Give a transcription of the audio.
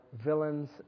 villains